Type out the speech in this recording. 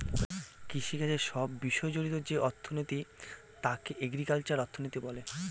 কৃষিকাজের সব বিষয় জড়িত যে অর্থনীতি তাকে এগ্রিকালচারাল অর্থনীতি বলে